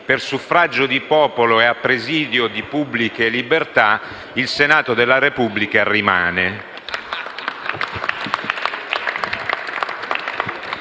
per suffragio di popolo e a presidio di pubbliche libertà, il Senato della Repubblica rimane».